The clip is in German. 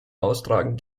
austragen